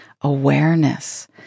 awareness